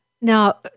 Now